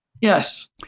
Yes